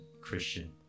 Christian